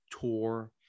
tour